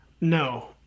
No